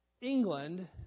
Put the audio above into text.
England